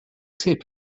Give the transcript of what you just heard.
tape